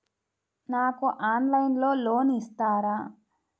నాకు ఆన్లైన్లో లోన్ ఇస్తారా?